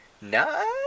No